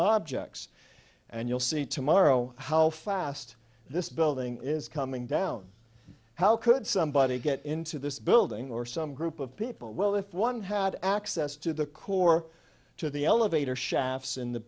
objects and you'll see tomorrow how fast this building is coming down how could somebody get into this building or some group of people well if one had access to the core to the elevator shafts in the